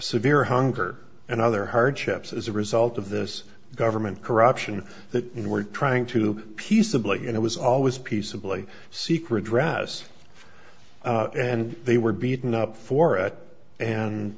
severe hunger and other hardships as a result of this government corruption that you were trying to peaceably and it was always peaceably seek redress and they were beaten up for at and